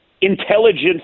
intelligence